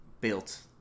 built